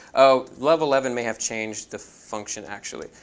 oh, love eleven may have changed the function actually.